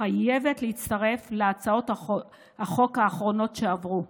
חייבת להצטרף להצעות החוק האחרונות שעברו.